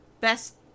best